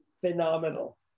phenomenal